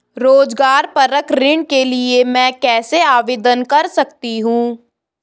रोज़गार परक ऋण के लिए मैं कैसे आवेदन कर सकतीं हूँ?